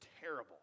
terrible